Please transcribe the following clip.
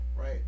Right